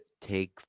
take